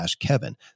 kevin